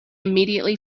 immediately